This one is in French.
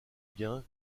bien